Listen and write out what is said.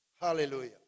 Hallelujah